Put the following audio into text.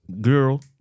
girl